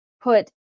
put